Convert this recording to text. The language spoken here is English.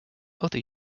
other